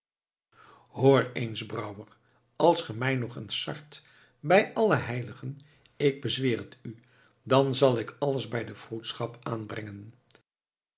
hoor eens brouwer als ge mij nog eens sart bij alle heiligen ik bezweer het u dan zal ik alles bij de vroedschap aanbrengen